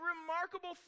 remarkable